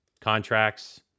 contracts